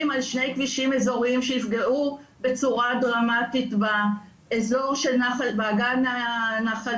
על שני כבישים אזוריים שיפגעו בצורה דרמטית באגן נחל